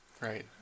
Right